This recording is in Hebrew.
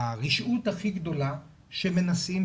הרשעות הכי גדולה שמנסים,